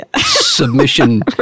submission